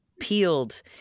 Peeled